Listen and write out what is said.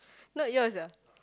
not yours ah